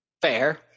Fair